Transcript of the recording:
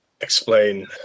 explain